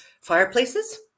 fireplaces